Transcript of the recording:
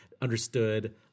understood